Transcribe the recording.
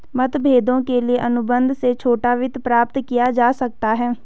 मतभेदों के लिए अनुबंध से छोटा वित्त प्राप्त किया जा सकता है